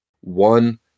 One